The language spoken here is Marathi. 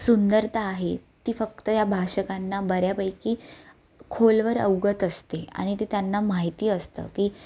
सुंदरता आहे ती फक्त या भाषकांना बऱ्यापैकी खोलवर अवगत असते आणि ते त्यांना माहिती असतं की